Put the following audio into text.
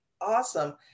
awesome